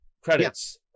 credits